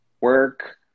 work